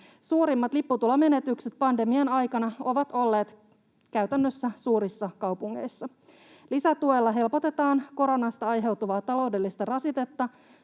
Suurimmat lipputulomenetykset pandemian aikana ovat olleet käytännössä suurissa kaupungeissa. Lisätuella helpotetaan koronasta aiheutuvaa taloudellista rasitetta